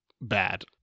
bad